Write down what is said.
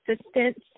assistance